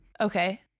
Okay